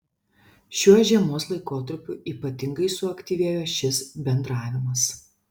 šiuo žiemos laikotarpiu ypatingai suaktyvėjo šis bendravimas